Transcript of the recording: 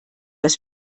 das